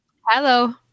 Hello